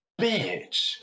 bitch